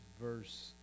verse